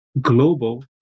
global